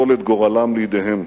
ליטול את גורלם בידיהם.